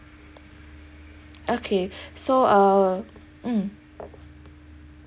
okay so uh mm